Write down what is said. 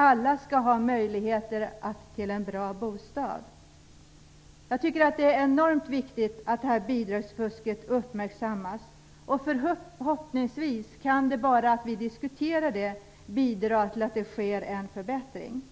Alla skall ha möjlighet att bo i en bra bostad. Jag tycker att det är enormt viktigt att bidragsfusket uppmärksammas. Bara det att vi diskuterar problemet kan förhoppningsvis bidra till att det sker en förbättring.